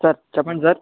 sir చెప్పండి sir